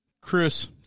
Chris